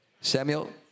Samuel